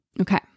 Okay